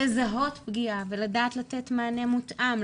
לזהות פגיעה ולדעת לתת מענה מותאם,